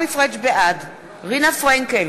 בעד רינה פרנקל,